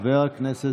חבר הכנסת זוהר.